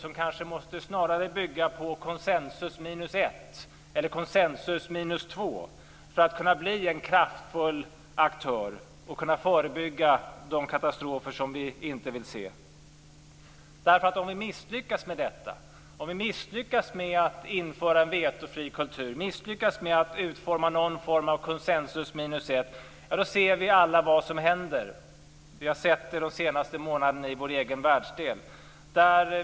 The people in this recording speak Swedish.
Man måste kanske snarare bygga på konsensus minus ett eller konsensus minus två om rådet skall kunna bli en kraftfull aktör och kunna förebygga de katastrofer som vi inte vill se. Om vi misslyckas med detta - om vi misslyckas med att införa en vetofri kultur och misslyckas med att utforma någon form av konsensus minus ett - ser vi alla vad som händer. Vi har sett det de senaste månaderna i vår egen världsdel.